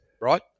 right